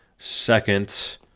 Second